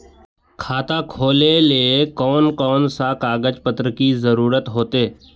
खाता खोलेले कौन कौन सा कागज पत्र की जरूरत होते?